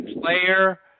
player